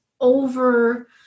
over